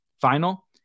Final